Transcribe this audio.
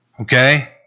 Okay